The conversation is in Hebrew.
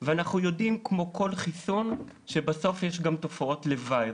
ואנחנו יודעים כמו כל חיסון שבסוף יש גם תופעות לוואי.